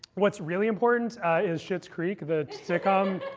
what's really important is schitt's creek, the sitcom.